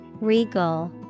Regal